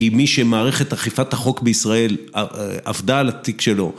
עם מי שמערכת אכיפת החוק בישראל עבדה על התיק שלו